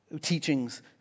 teachings